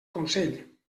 consell